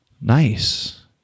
Nice